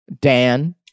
Dan